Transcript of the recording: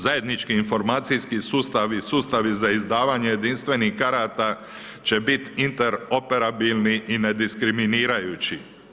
Zajednički informacijski sustavi i sustavi za davanje jedinstvenih karata će biti interoperativni i ne diskriminirajući.